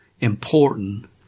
important